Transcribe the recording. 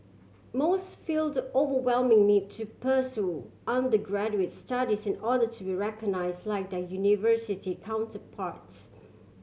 most feel the overwhelming need to pursue undergraduates studies in order to be recognise like their university counterparts